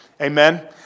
Amen